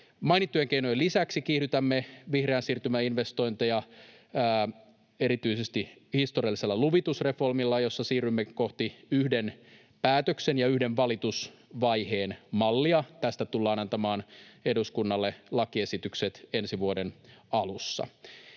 Mainittujen keinojen lisäksi kiihdytämme vihreän siirtymän investointeja erityisesti historiallisella luvitusreformilla, jossa siirrymme kohti yhden päätöksen ja yhden valitusvaiheen mallia. Tästä tullaan antamaan eduskunnalle lakiesitykset ensi vuoden alussa,